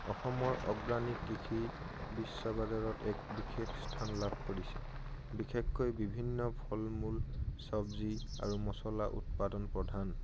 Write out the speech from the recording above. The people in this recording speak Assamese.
অসমৰ অৰ্গেনিক কৃষি বিশ্ব বজাৰত এক বিশেষ স্থান লাভ কৰিছে বিশেষকৈ বিভিন্ন ফল মূল চব্জি আৰু মছলা উৎপাদন প্ৰধান